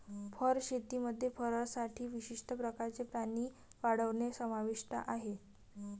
fur शेतीमध्ये फरसाठी विशिष्ट प्रकारचे प्राणी वाढवणे समाविष्ट आहे